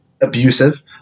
abusive